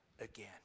again